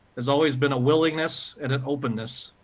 has always been a willingness, and an openness,